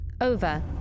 Over